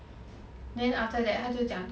then after that 他就讲